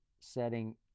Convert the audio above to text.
setting